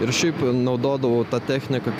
ir šiaip naudodavau tą techniką